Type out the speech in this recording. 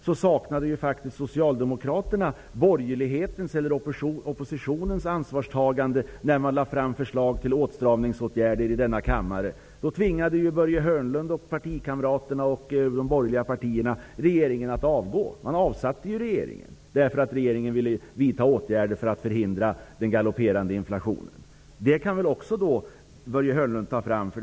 Socialdemokraterna saknade faktiskt borgerlighetens, oppositionens, ansvarstagande när man i denna kammare lade fram förslag till åtstramningsåtgärder. Börje Hörnlund, hans partikamrater och de övriga borgerliga partierna tvingade regeringen att avgå. Man avsatte regeringen på grund av att regeringen ville vidta åtgärder för att förhindra den galopperande inflationen. Det kan Börje Hörnlund också dra fram.